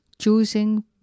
Choosing